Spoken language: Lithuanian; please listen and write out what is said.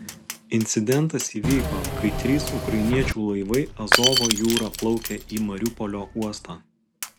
incidentas įvyko kai trys ukrainiečių laivai azovo jūra plaukė į mariupolio uostą